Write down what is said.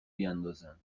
بیندازند